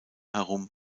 herum